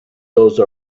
those